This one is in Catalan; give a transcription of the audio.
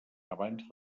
abans